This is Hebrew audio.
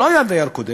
והוא לא היה דייר קודם,